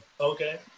Okay